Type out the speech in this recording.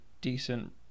decent